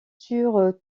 sur